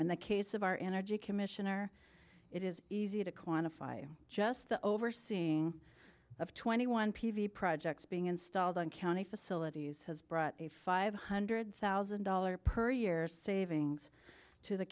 and the case of our energy commissioner it is easy to quantify just the overseeing of twenty one p v projects being installed on county facilities has brought a five hundred thousand dollars per year savings to the